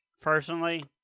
personally